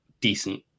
decent